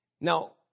Now